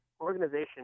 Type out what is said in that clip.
organization